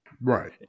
Right